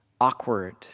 awkward